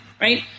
Right